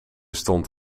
stond